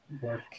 work